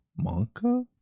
Monka